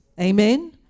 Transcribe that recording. Amen